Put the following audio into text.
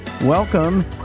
Welcome